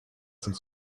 some